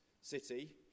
city